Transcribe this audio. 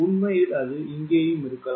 உண்மையில் அது இங்கேயும் இருக்கலாம்